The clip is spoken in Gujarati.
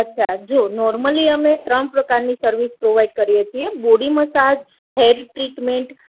અચ્છા જો નૉર્મલી અમે ત્રણ પ્રકારની સર્વિસ પ્રોવાઇડ કરીએ છે બોડી મસાજ હેર ટ્રીટમેન્ટ